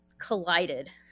collided